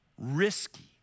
risky